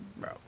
bro